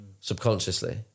Subconsciously